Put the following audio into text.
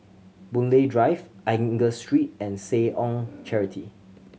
Boon Lay Drive Angus Street and Seh Ong Charity